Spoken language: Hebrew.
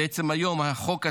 ובעצם היום החוק עצמו,